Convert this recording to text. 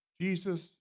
Jesus